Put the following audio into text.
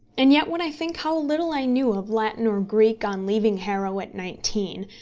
and yet when i think how little i knew of latin or greek on leaving harrow at nineteen,